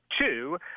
two